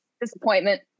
Disappointment